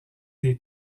des